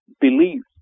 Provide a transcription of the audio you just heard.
beliefs